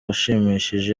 ashimishije